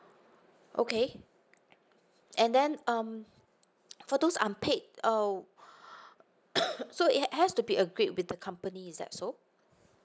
okay and then um for those unpaid uh so it has to be agreed with the company is that so